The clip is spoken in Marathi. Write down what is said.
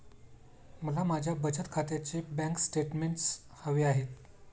मला माझ्या बचत खात्याचे बँक स्टेटमेंट्स हवे आहेत